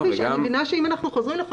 --- אני מתנצלת שאני עוצרת אותך,